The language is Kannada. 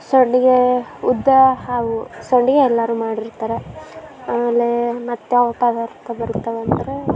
ಸಂಡ್ಗೆ ಉದ್ದ ಅವು ಸಂಡ್ಗೆ ಎಲ್ಲರೂ ಮಾಡಿರ್ತಾರೆ ಆಮೇಲೆ ಮತ್ಯಾವ ಪದಾರ್ಥ ಬರುತ್ತವಂದರೆ